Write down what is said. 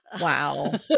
Wow